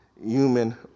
human